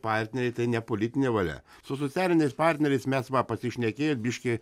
partneriai tai ne politinė valia su socialiniais partneriais mes pasišnekėjome biškį